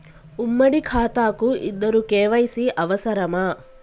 ఉమ్మడి ఖాతా కు ఇద్దరు కే.వై.సీ అవసరమా?